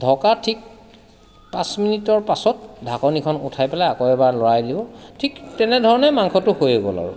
ঢকা ঠিক পাঁচ মিনিটৰ পাছত ঢাকনীখন উঠাই পেলাই আকৌ এবাৰ লৰাই দিব ঠিক তেনেধৰণে মাংসটো হৈয়ে গ'ল আৰু